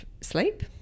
sleep